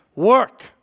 work